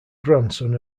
grandson